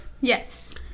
yes